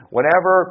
Whenever